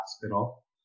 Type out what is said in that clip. Hospital